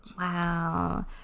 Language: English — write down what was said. Wow